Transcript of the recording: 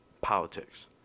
politics